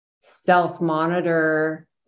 self-monitor